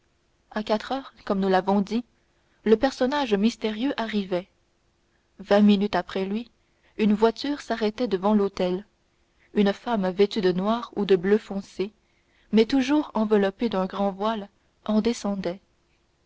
à quatre heures comme nous l'avons dit le personnage mystérieux arrivait vingt minutes après lui une voiture s'arrêtait devant l'hôtel une femme vêtue de noir ou de bleu foncé mais toujours enveloppée d'un grand voile en descendait